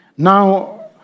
Now